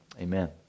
Amen